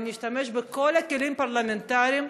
ואשתמש בכל הכלים הפרלמנטריים